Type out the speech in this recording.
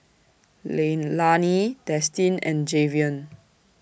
Leilani Destin and Jayvion